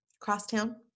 crosstown